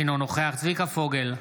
אינו נוכח צביקה פוגל,